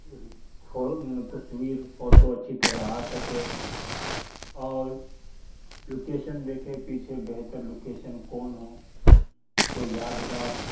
تصویر فوٹو اچھی طرح آ سکے اور لوکیشن دیکھے پیچھے بہتر لوکیشن کون ہو کوئی یادگار